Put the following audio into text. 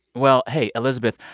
well, hey, elizabeth,